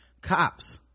cops